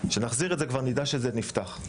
כשנחזיר את זה כבר נדע שזה נפתח.